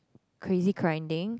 crazy grinding